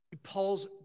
Paul's